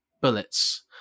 bullets